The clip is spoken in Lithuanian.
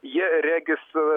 jie regis